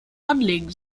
anlegen